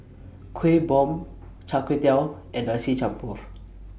Kuih Bom Char Kway Teow and Nasi Campur